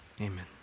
amen